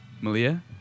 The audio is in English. Malia